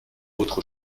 autre